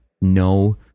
no